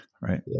right